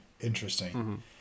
Interesting